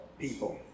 people